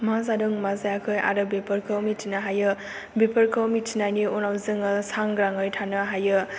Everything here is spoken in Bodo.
मा जादों मा जायाखै आरो बेफोरखौ मिथिनो हायो बेफोरखौ मिथिनायनि उनाव जोङो सांग्राङै थानो हायो